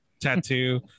tattoo